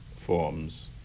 forms